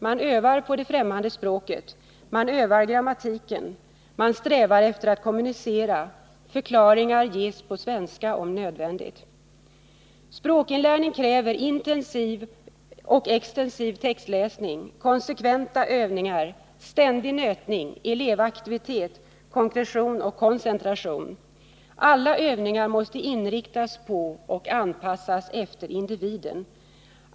Man övar på det främmande språket. Man övar grammatiken. Man strävar efter att kommunicera. Förklaringar ges på svenska, om nödvändigt. Språkinlärning kräver intensiv och extensiv textläsning, konsekventa övningar, ständig innötning, elevaktivitet, konkretion och koncentration. Alla övningar måste inriktas på och anpassas efter individen.